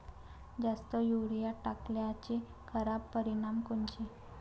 जास्त युरीया टाकल्याचे खराब परिनाम कोनचे?